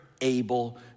able